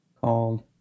called